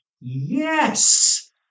Yes